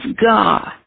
God